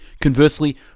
Conversely